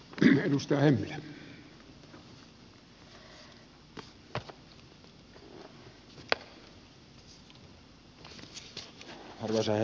arvoisa herra puhemies